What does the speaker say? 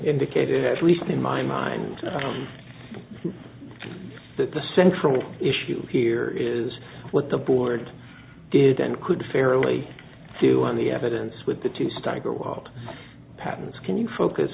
indicated at least in my mind that the central issue here is what the board did and could fairly do on the evidence with the two steigerwald patents can you focus